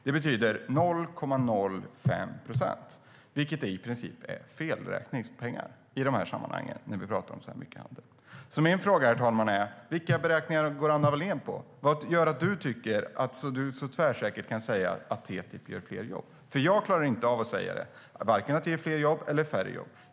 Det betyder 0,05 procent per år, vilket i princip är felräkningspengar när vi talar om så här mycket handel. Min fråga, herr talman, är: Vilka beräkningar utgår Anna Wallén från, och vad är det som gör att hon så tvärsäkert kan säga att TTIP ger fler jobb? Jag kan inte säga det, varken att det ger fler jobb eller att det ger färre jobb.